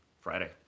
Friday